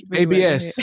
abs